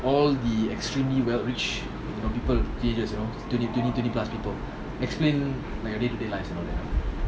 all the extremely well rich people ages you know twenty twenty twenty plus people explain like your day to day lives and all day